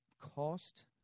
cost